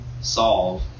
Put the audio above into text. solve